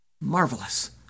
Marvelous